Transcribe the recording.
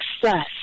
success